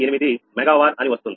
88 mega war అని వస్తుంది